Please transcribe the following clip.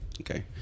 Okay